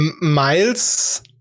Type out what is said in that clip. Miles